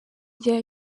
rya